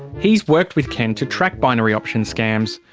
he's worked with ken to track binary option scams.